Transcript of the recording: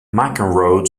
mcenroe